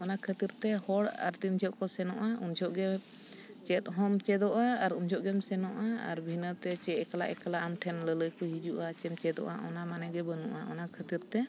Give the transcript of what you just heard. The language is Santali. ᱚᱱᱟ ᱠᱷᱟᱹᱛᱤᱨ ᱛᱮ ᱦᱚᱲ ᱟᱨ ᱛᱤᱱ ᱡᱷᱚᱜ ᱠᱚ ᱥᱮᱱᱚᱜᱼᱟ ᱩᱱ ᱡᱷᱚᱜ ᱜᱮ ᱪᱮᱫ ᱦᱚᱸᱢ ᱪᱮᱫᱚᱜᱼᱟ ᱟᱨ ᱩᱱ ᱡᱷᱚᱦᱚᱜ ᱜᱮᱢ ᱥᱮᱱᱚᱜᱼᱟ ᱟᱨ ᱵᱷᱤᱱᱟᱹᱛᱮ ᱪᱮᱫ ᱮᱠᱞᱟ ᱮᱠᱞᱟ ᱟᱢ ᱴᱷᱮᱱ ᱞᱟᱹᱞᱟᱹᱭ ᱠᱚ ᱦᱤᱡᱩᱜᱼᱟ ᱪᱮᱢ ᱪᱮᱫᱚᱜᱼᱟ ᱚᱱᱟ ᱢᱟᱱᱮ ᱜᱮ ᱵᱟᱹᱱᱩᱜᱼᱟ ᱚᱱᱟ ᱠᱷᱟᱹᱛᱤᱨ ᱛᱮ